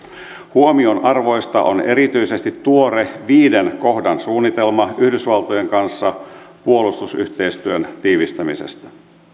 huomionarvoista on erityisesti tuore viiden kohdan suunnitelma yhdysvaltojen kanssa puolustusyhteistyön tiivistämiseksi